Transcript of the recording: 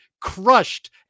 crushed